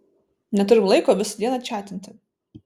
neturim laiko visą dieną čiatinti